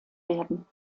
werden